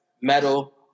metal